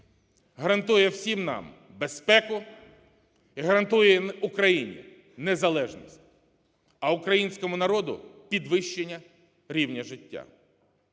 гарантує всім нам безпеку і гарантує Україні незалежність, а українському народу підвищення рівня життя.